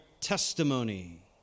testimony